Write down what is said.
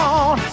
on